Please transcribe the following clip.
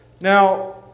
Now